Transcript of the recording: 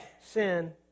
sin